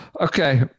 okay